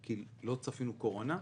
כי לא צפינו קורונה,